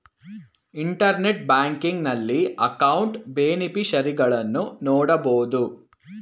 internet banking ನಲ್ಲಿ ಅಕೌಂಟ್ನ ಬೇನಿಫಿಷರಿಗಳನ್ನು ನೋಡಬೋದು